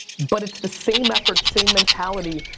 but it's the same effort, same mentality,